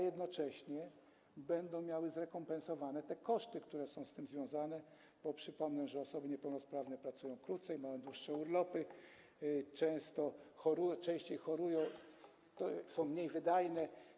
Jednocześnie one będą miały zrekompensowane te koszty, które są z tym związane, bo przypomnę, że osoby niepełnosprawne pracują krócej, mają dłuższe urlopy, częściej chorują, są mniej wydajne.